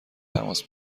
تماس